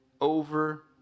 over